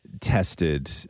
tested